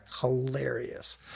hilarious